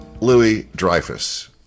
Louis-Dreyfus